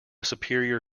superior